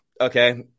okay